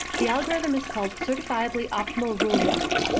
the algorithm is called certifiably optimal rule lists,